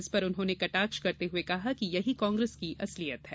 इस पर उन्होंने कटाक्ष करते हुए कहा कि यही कांग्रेस की असलियत है